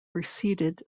preceded